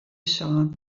sân